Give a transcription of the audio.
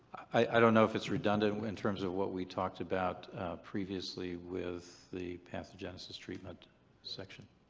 i don't know if it's redundant in terms of what we talked about previously with the pathogenesis treatment section.